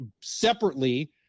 separately